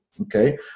okay